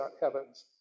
heavens